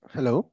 Hello